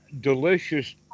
delicious